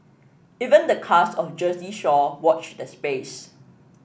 even the cast of Jersey Shore watch the space